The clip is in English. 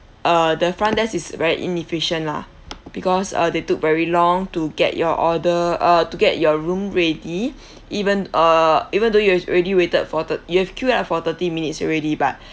uh the front desk is very inefficient lah because uh they took very long to get your order uh to get your room ready even uh even though you have already waited for thirt~ you have queued up for thirty minutes already but